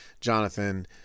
jonathan